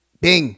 bing